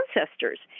ancestors